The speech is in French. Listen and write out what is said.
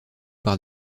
par